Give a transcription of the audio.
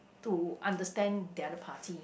to understand the other party